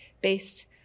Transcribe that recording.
based